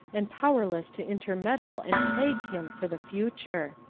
and powerless to intermeddle and plague him for the future.